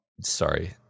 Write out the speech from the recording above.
Sorry